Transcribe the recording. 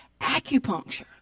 acupuncture